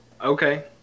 Okay